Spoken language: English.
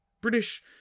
British